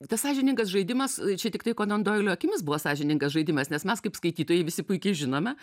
tas sąžiningas žaidimas čia tiktai konan doilio akimis buvo sąžiningas žaidimas nes kaip skaitytojai visi puikiai žinome